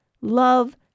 love